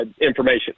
information